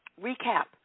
recap